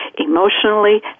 emotionally